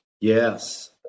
Yes